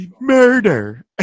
Murder